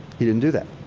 he didn't do that.